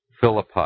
Philippi